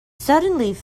suddenly